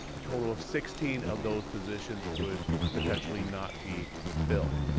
a total of sixteen of those positions would potentially not be filled.